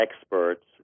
experts